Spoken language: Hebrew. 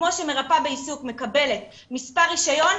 כמו שמרפאה בעיסוק מקבלת מספר רישיון,